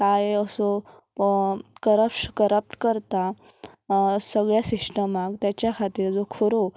कांय असो करप करप्शन करता सगळ्या सिस्टमाक तेच्या खातीर जो खरो